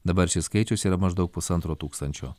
dabar šis skaičius yra maždaug pusantro tūkstančio